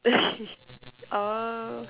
orh